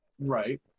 Right